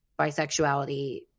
bisexuality